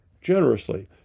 generously